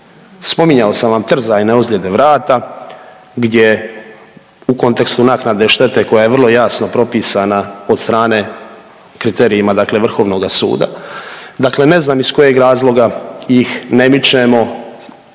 Spominjao sam vam trzajne ozljede vrata gdje u kontekstu naknade štete koja je vrlo jasno propisana od strane kriterijima dakle vrhovnoga suda, dakle ne znam iz kojeg razloga ih ne mičemo